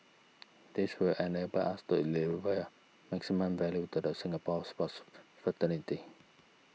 this will enable us to deliver maximum value to the Singapore sports fraternity